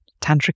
tantric